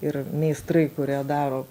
ir meistrai kurie daro